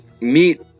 meet